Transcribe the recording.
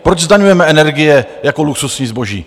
Proč zdaňujeme energie jako luxusní zboží?